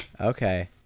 Okay